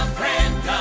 friend